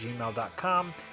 gmail.com